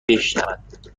بشوند